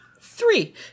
three